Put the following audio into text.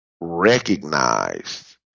recognized